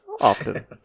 often